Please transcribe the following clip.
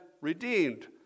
redeemed